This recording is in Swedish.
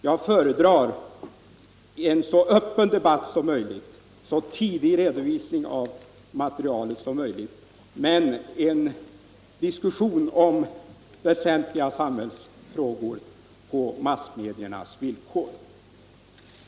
Jag föredrar en så öppen debatt som möjligt, så tidig redovisning av materialet som möjligt men en diskussion om väsentliga samhällsfrågor på massmediernas villkor.